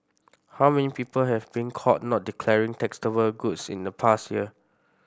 how many people have been caught not declaring taxable goods in the past year